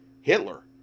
hitler